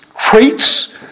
traits